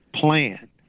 plan